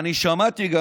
אני גם שמעתי,